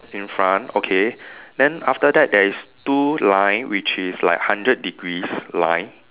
in front okay then after that there is two line which is like hundred degrees line